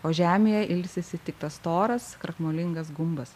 o žemėje ilsisi tik tas storas krakmolingas gumbas